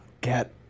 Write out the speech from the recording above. Get